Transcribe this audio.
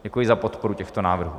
Děkuji za podporu těchto návrhů.